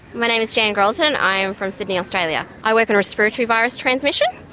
my name is jan gralton, i am from sydney, australia. i work in respiratory virus transmission,